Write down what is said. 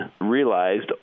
realized